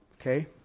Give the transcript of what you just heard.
Okay